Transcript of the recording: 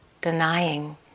denying